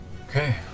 Okay